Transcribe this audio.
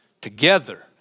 together